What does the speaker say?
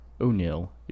O'Neill